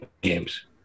games